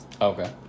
Okay